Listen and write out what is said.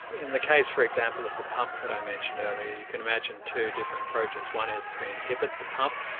in the case, for example, of the pump that i mentioned earlier, you can imagine two different approaches. one is to inhibit the pump,